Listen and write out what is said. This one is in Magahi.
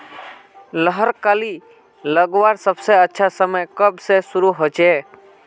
लहर कली लगवार सबसे अच्छा समय कब से शुरू होचए?